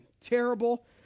Terrible